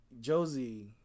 Josie